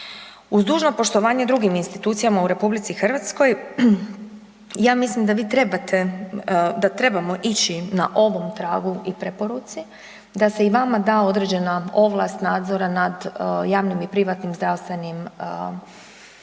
Uz dužno poštovanje drugim institucijama u RH, ja mislim da vi trebate, da trebamo ići na ovom tragu i preporuci, da se i vama da određena ovlast nadzora nad javnim i privatnim zdravstvenim institucijama